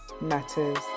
matters